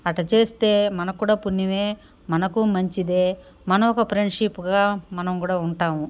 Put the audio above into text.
అట్ట చేస్తే మనకు కూడా పుణ్యమే మనకు మంచిదే మనము ఒక ఫ్రెండ్షిప్గా మనము కూడా ఉంటాము